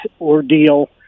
ordeal